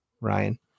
Ryan